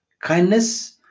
kindness